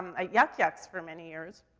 at yuk yuk's for many years,